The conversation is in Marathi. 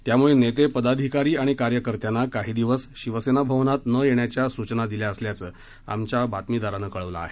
त्यामुळे नेते पदाधिकारी आणि कार्यकर्त्यांना काही दिवस शिवसेना भवनात न येण्याच्या सूचना दिल्या असल्याचं आमच्या बातमीदारानं कळवलं आहे